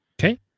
Okay